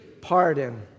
pardon